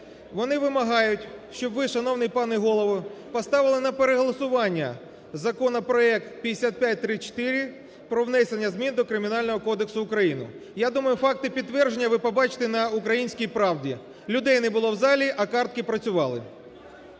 Вони вимагають, щоб ви, шановний пане Голово, поставили на переголосування законопроект (5534) про внесення змін до Кримінального кодексу України. Я думаю факти підтвердження ви побачите на "Українській правді". Людей не було в залі, а картки працювали.